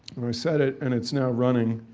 and i set it and it's now running